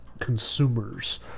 consumers